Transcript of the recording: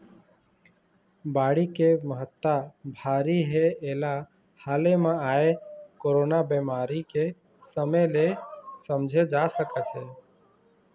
बाड़ी के महत्ता भारी हे एला हाले म आए कोरोना बेमारी के समे ले समझे जा सकत हे